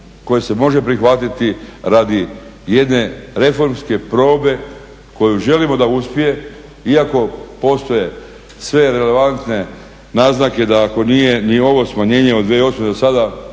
koji se može prihvatiti radi jedne reformske probe koju želimo da uspije iako postoje sve relevantne naznake da ako nije ni ovo smanjenje od 2008. do sada